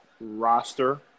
roster